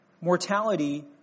mortality